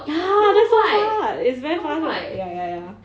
ya that's so fast is very fast right ya ya ya